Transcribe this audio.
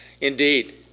Indeed